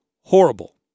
horrible